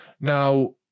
now